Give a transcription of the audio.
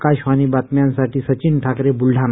आकाशवाणी बातम्या साठी सचिन ठाकरे ब्लढाणा